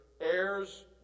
heirs